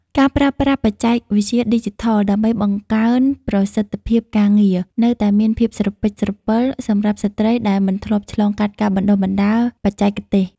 ការប្រើប្រាស់បច្ចេកវិទ្យាឌីជីថលដើម្បីបង្កើនប្រសិទ្ធភាពការងារ នៅតែមានភាពស្រពិចស្រពិលសម្រាប់ស្ត្រីដែលមិនធ្លាប់ឆ្លងកាត់ការបណ្ដុះបណ្ដាលបច្ចេកទេស។